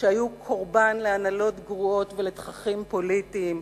שהיו קורבן להנהלות גרועות ולתככים פוליטיים.